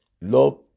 Love